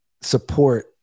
support